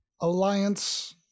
alliance